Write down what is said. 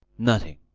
nothing,